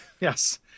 yes